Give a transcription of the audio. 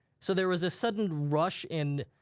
so there was a sudden rush in,